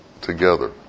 together